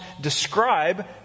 describe